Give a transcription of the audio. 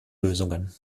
lösungen